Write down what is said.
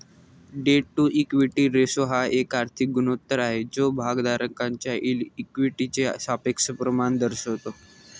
date to equity ratio हा एक आर्थिक गुणोत्तर आहे जो भागधारकांच्या इक्विटीचे सापेक्ष प्रमाण दर्शवतो